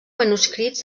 manuscrits